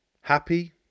Happy